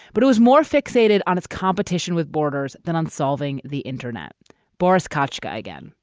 but it was more fixated on its competition with borders than on solving the internet boris kotch guy again,